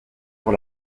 pour